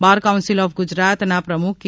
bar council of Gujarat ના પ્રમુખ કે